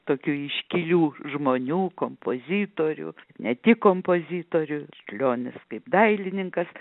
tokių iškilių žmonių kompozitorių ne tik kompozitorių čiurlionis kaip dailininkas